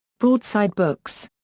broadside books.